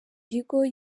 kigo